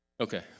Okay